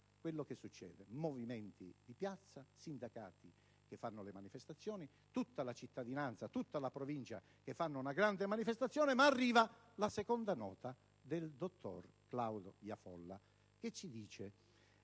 quello che succede: movimenti di piazza, sindacati che fanno manifestazioni, tutta la cittadinanza e tutta la Provincia che fanno una grande manifestazione. Ma arriva la seconda nota del dottor Claudio Iafolla, che dice: